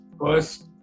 first